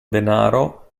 denaro